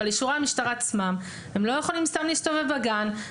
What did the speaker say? אבל אישורי המשטרה עצמם לא יכולים סתם להסתובב בגן.